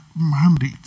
mandate